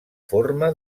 forma